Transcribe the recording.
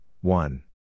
one